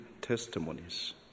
testimonies